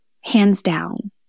hands-down